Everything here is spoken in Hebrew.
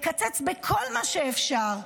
לקצץ בכל מה שאפשר,